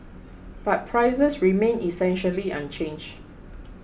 but prices remained essentially unchanged